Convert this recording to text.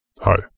Hi